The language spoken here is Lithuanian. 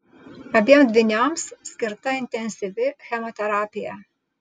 abiem dvyniams skirta intensyvi chemoterapija